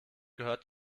gehört